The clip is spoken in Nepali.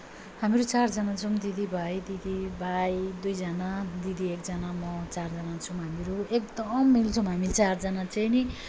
हामीहरू चारजना छौँ दिदी भाइ दिदी भाइ दुइजना दिदी एकजना म चारजना छौँ हामीहरू एकदम मिल्छौँ हामी चारजना चाहिँ नि